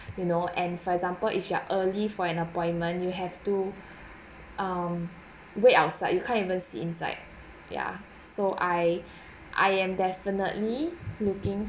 you know and for example if you are early for an appointment you have to um wait outside you can't see inside yah so I I am definitely looking